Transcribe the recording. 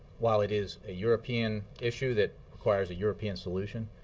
while it is a european issue that requires a european solution,